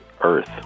earth